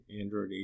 Android